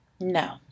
No